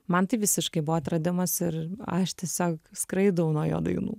man tai visiškai buvo atradimas ir aš tiesiog skraidau nuo jo dainų